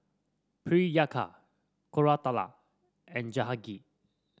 Priyanka Koratala and Jahangir